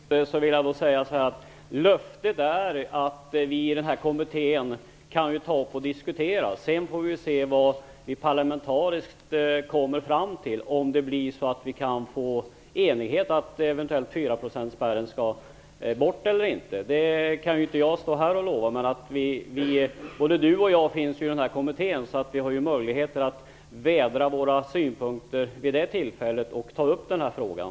Herr talman! Till Kenneth Kvist vill jag säga att löftet är att vi i den här kommittén kan ta upp frågan och diskutera den. Sedan får vi se vad vi parlamentariskt kommer fram till, om vi kan bli eniga om att fyraprocentsspärren skall tas bort eller inte. Jag kan inte stå här och lova någonting, men både Kenneth Kvist och jag är med i denna kommitté. Därför har vi möjligheter att vädra våra synpunkter och ta upp den här frågan.